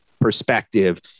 perspective